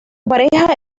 pareja